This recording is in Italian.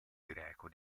greco